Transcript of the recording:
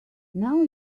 now